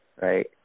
Right